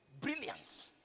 brilliance